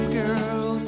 girl